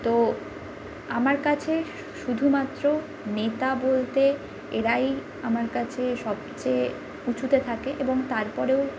তো আমার কাছে শুধুমাত্র নেতা বলতে এঁরাই আমার কাছে সবচেয়ে উঁচুতে থাকে এবং তারপরেও